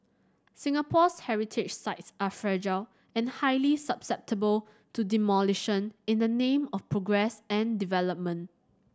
Singapore's heritage sites are fragile and highly susceptible to demolition in the name of progress and development